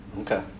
Okay